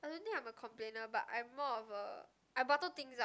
I don't think I'm a complainer but I'm more of a I bottle things up